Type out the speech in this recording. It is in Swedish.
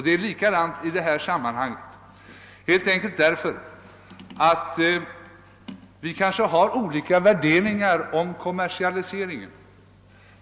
Det är likadant i detta sammanhang, helt enkelt därför att vi kanske har olika värderingar om kommersialiseringen.